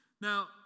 Now